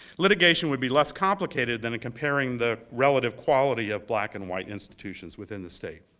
litigation would be less complicated than in comparing the relative quality of black and white institutions within the state.